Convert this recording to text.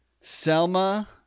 Selma